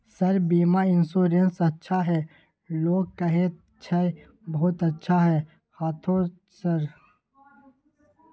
Sir बीमा insurance अच्छा है लोग कहै छै बहुत अच्छा है हाँथो सर?